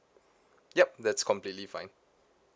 yup that's completely fine